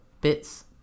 bits